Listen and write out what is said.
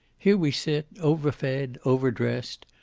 here we sit, over-fed, over-dressed.